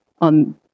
on